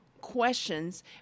questions